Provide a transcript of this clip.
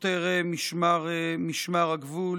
שוטר משמר הגבול.